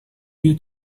you